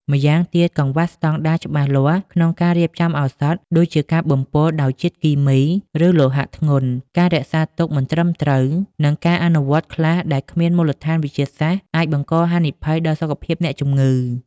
ម្យ៉ាងទៀត កង្វះស្តង់ដារច្បាស់លាស់ក្នុងការរៀបចំឱសថ ដូចជាការបំពុលដោយជាតិគីមី ឬលោហៈធ្ងន់ ការរក្សាទុកមិនត្រឹមត្រូវ និងការអនុវត្តខ្លះដែលគ្មានមូលដ្ឋានវិទ្យាសាស្ត្រ អាចបង្កហានិភ័យដល់សុខភាពអ្នកជំងឺ។